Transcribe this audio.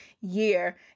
year